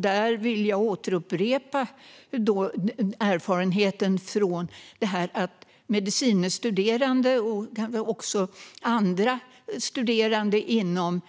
Där vill jag upprepa erfarenheten från detta med att medicine studerande och också andra studerande inom